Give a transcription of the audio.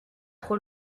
trop